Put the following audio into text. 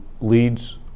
leads